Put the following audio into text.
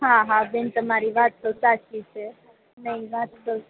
હા હા બેન તમારી વાત તો સાચી છે નહીં વાત તો